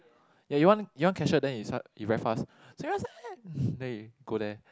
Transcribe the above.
ya you want you want cashier then he's he very fast sumimasen then you go there